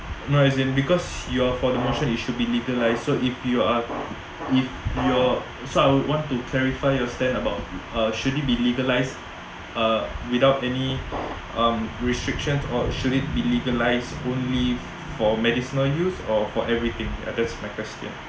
no as in because you are for the motion it should be legalised so if you are if your so I would want to clarify your stand about uh should it be legalised uh without any um restriction or should it be legalised only for medicinal use or for everything tha~ that's my question